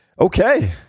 Okay